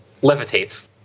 levitates